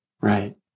Right